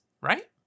right